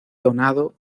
donado